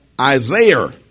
Isaiah